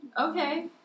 okay